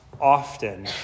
often